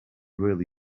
really